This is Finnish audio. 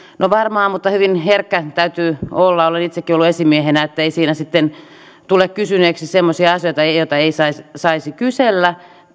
no varmaan mutta hyvin herkkä täytyy olla olen itsekin ollut esimiehenä että ei siinä tule kysyneeksi semmoisia asioita joita ei saisi saisi kysellä